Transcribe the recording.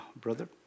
brother